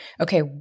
okay